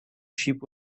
sheep